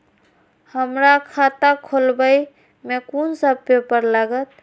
हमरा खाता खोलाबई में कुन सब पेपर लागत?